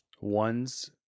One's